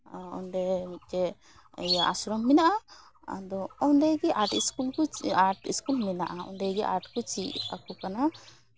ᱚᱸᱰᱮ ᱢᱤᱫᱴᱮᱡ ᱟᱥᱨᱚᱢ ᱢᱮᱱᱟᱜᱼᱟ ᱟᱫᱚ ᱚᱸᱰᱮ ᱜᱮ ᱟᱨᱴ ᱥᱠᱩᱞ ᱠᱚ ᱟᱨᱴ ᱥᱠᱩᱞ ᱢᱮᱱᱟᱜᱼᱟ ᱚᱸᱰᱮᱜᱮ ᱟᱨᱴ ᱠᱚ ᱪᱮᱫ ᱟᱠᱚ ᱠᱟᱱᱟ